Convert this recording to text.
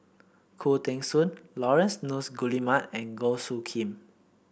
Khoo Teng Soon Laurence Nunns Guillemard and Goh Soo Khim